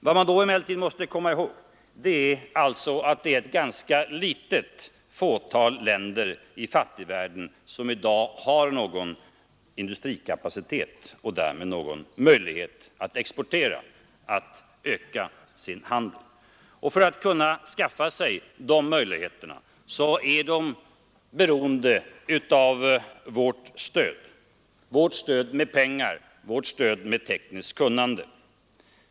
Vad man då emellertid måste komma i håg är att det är ett ganska litet antal länder i fattigvärlden som i dag har någon industrikapacitet och därmed någon möjlighet att genom export öka sin handel. För att kunna skaffa sig de möjligheterna är de beroende av vårt stöd med pengar och tekniskt kunnande.